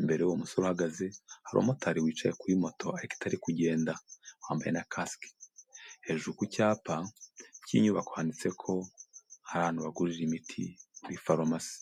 imbere y'uwo musore uhagaze hari umumotari wicaye kuri moto ariko itari kugenda, wambaye na kasike, hejuru ku cyapa k'inyubako handitse ko hari ahantu bagurira imiti kuri faromasi.